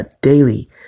daily